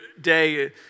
day